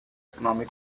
economic